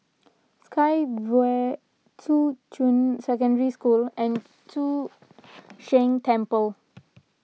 Sky Vue Shuqun Secondary School and Chu Sheng Temple